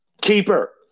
keeper